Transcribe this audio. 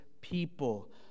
People